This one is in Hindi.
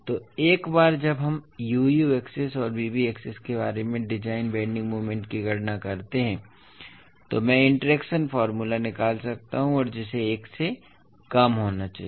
तो एक बार जब हम u u एक्सिस और v v एक्सिस के बारे में डिज़ाइन बेन्डिंग मोमेंट की गणना करते हैं तो मैं इंटरैक्शन फॉर्मूला निकाल सकता हूं और जिसे 1 से कम होना चाहिए